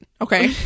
Okay